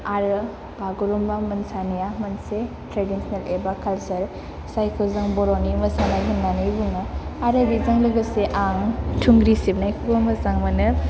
आरो बागुरुमबा मोसानाया मोनसे ट्रेडिसनेल एबा कालसार जायखौ जों बर'नि मोसानाय होननानै बुङो आरो बेजों लोगोसे आं थुंग्रि सिबनायखौबाे मोजां मोनो